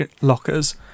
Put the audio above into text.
lockers